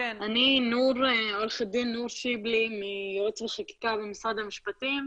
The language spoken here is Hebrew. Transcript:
אני עורכת הדין נור שיבלי מייעוץ וחקיקה במשרד המשפטים.